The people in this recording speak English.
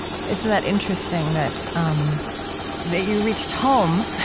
isn't that interesting that um that you reached home,